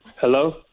Hello